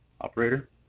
Operator